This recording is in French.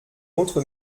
autre